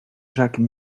jacques